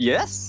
Yes